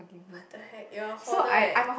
what the heck you are a hoarder eh